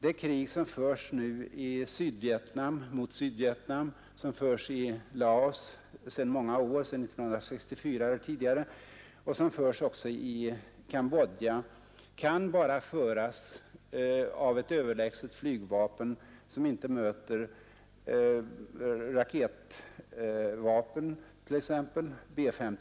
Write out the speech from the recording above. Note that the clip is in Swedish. Det krig som nu förs mot Sydvietnam, som förs i Laos sedan många år och som förs också i Cambodja kan bara föras av ett överlägset flyg, som inte möter raketvapen eller ett överallt närvarande luftvärnsartilleri.